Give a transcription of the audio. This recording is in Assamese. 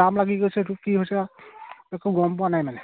জাম লাগি গৈছে সেইটো কি হৈছে একো গম পোৱা নাই মানে